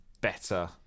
better